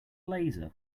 laser